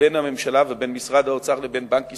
בין הממשלה ובין משרד האוצר, לבין בנק ישראל.